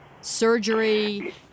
surgery